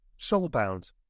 Soulbound